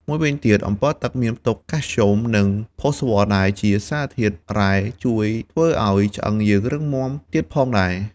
មួយវិញទៀតអម្ពិលទឹកមានផ្ទុកកាល់ស្យូម និងផូស្វ័រដែលជាសារធាតុរ៉ែជួយធ្វើឱ្យឆ្អឹងយើងរឹងមុំាទៀតផងដែរ។